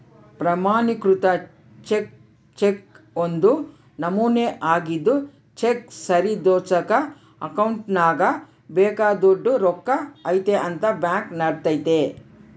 ಪ್ರಮಾಣಿಕೃತ ಚೆಕ್ ಚೆಕ್ನ ಒಂದು ನಮೂನೆ ಆಗಿದ್ದು ಚೆಕ್ನ ಸರಿದೂಗ್ಸಕ ಅಕೌಂಟ್ನಾಗ ಬೇಕಾದೋಟು ರೊಕ್ಕ ಐತೆ ಅಂತ ಬ್ಯಾಂಕ್ ನೋಡ್ತತೆ